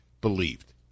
believed